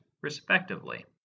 respectively